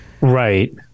right